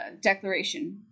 declaration